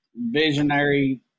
visionary